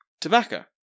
tobacco